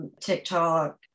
TikTok